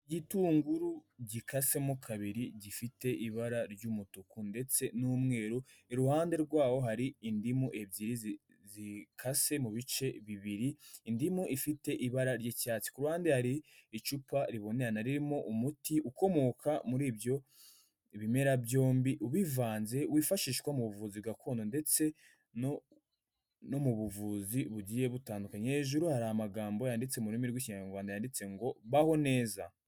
Igitunguru gikasemo kabiri gifite ibara ry'umutuku ndetse n'umweru. Iruhande rwawo hari indimu ebyiri zikase mu bice bibiri. Indimu ifite ibara ry'icyatsi. Ku ruhande hari icupa ribonerana ririmo umuti ukomoka muri ibyo bimera byombi ubivanze wifashishwa mu buvuzi gakondo ndetse no mu buvuzi bugiye butandukanye. Hejuru hari amagambo yanditse mu rurimi rw'Ikinyarwanda. Yanditse ngo baho neza.